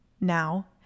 now